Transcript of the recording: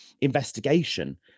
investigation